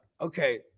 Okay